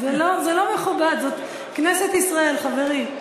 זה לא מכובד, זאת כנסת ישראל, חברים.